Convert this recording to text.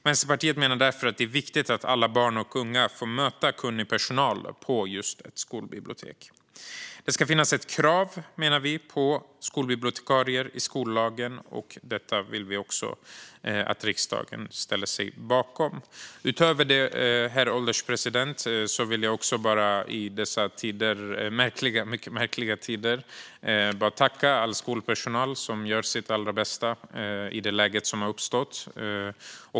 Vänsterpartiet menar därför att det är viktigt att alla barn och unga får möta kunnig personal på just ett skolbibliotek. Vi menar att det ska finnas ett krav på skolbibliotekarier i skollagen. Detta vill vi också att riksdagen ställer sig bakom. Utöver detta, herr ålderspresident, vill jag bara i dessa mycket märkliga tider tacka all skolpersonal som gör sitt allra bästa i det läge som har uppstått.